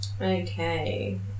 Okay